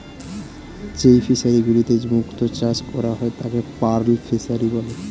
যেই ফিশারি গুলিতে মুক্ত চাষ করা হয় তাকে পার্ল ফিসারী বলে